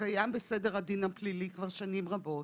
שקיים בסדר הדין הפלילי כבר שנים רבות